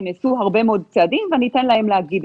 ונעשו הרבה מאוד צעדים ואני אתן להם להגיד את זה.